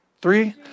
Three